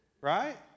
Right